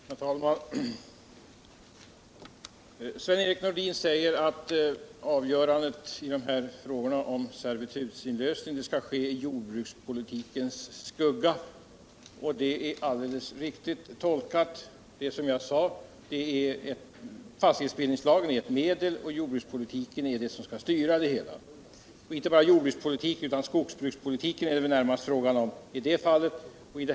Herr talman! Sven-Erik Nordin säger att avgörandet i frågorna om Onsdagen den servitutsinlösning skall ske i jordbrukspolitikens skugga, och det är alldeles 8 mars 1978 riktigt tolkat. Som jag sade är fastighetsbildningslagen ett medel och jordbrukspolitiken den styrande delen. Och inte bara jordbrukspolitiken, i det här fallet är det närmast fråga om skogsbrukspolitik.